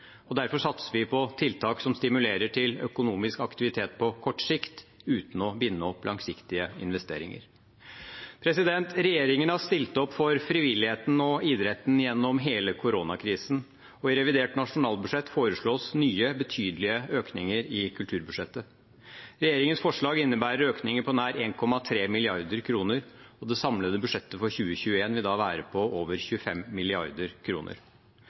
og derfor satser vi på tiltak som stimulerer til økonomisk aktivitet på kort sikt uten å binde opp langsiktige investeringer. Regjeringen har stilt opp for frivilligheten og idretten gjennom hele koronakrisen, og i revidert nasjonalbudsjett foreslås nye, betydelige økninger i kulturbudsjettet. Regjeringens forslag innebærer økninger på nær 1,3 mrd. kr. Det samlede budsjettet for 2021 vil da være på over 25